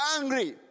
angry